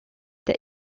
der